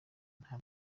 nta